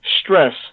stress